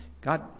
God